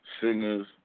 singers